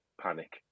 panic